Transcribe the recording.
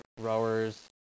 rowers